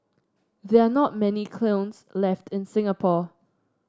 there are not many kilns left in Singapore